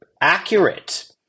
accurate